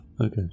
Okay